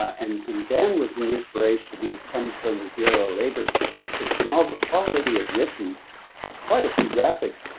and and dan was an inspiration he had come from the bureau labor statistics and ah but already had written but quite a few graphics.